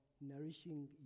nourishing